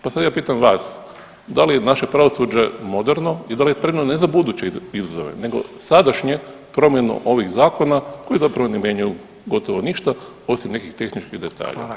Pa sad ja pitam vas da li je naše pravosuđe moderno i da li je spremno, ne za buduće izazove, nego sadašnje promjenu ovog zakona koji zapravo ne mijenjaju gotovo ništa osim nekih tehničkih detalja.